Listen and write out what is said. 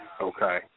Okay